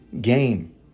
game